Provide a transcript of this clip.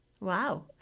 Wow